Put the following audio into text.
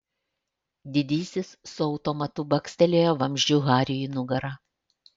didysis su automatu bakstelėjo vamzdžiu hariui į nugarą